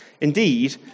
Indeed